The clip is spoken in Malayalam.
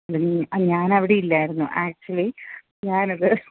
ഞാൻ അവിടെ ഇല്ലായിരുന്നു ആക്ച്യുലി ഞാനത്